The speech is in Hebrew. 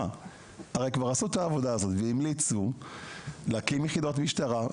הרי כבר עשו את העבודה הזאת והמליצו להקים יחידות משטרה.